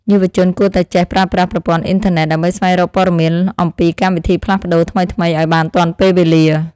យុវជនគួរតែចេះប្រើប្រាស់ប្រព័ន្ធអ៊ីនធឺណិតដើម្បីស្វែងរកព័ត៌មានអំពីកម្មវិធីផ្លាស់ប្តូរថ្មីៗឱ្យបានទាន់ពេលវេលា។